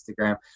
Instagram